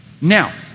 Now